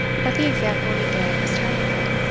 but the example he gave was terrible